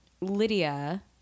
Lydia